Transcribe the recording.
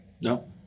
no